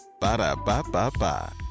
Ba-da-ba-ba-ba